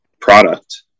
product